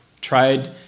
tried